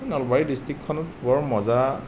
নলবাৰী ডিষ্ট্ৰিকখনত বৰ মজা